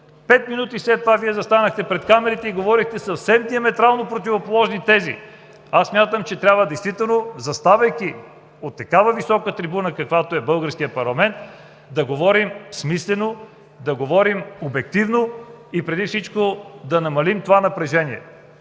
Пет минути след това Вие застанахте пред камерите и говорихте съвсем диаметрално противоположни тези. Смятам, че трябва, заставайки от такава висока трибуна, каквато е българският парламент, да говорим смислено, да говорим обективно и преди всичко да намалим напрежението.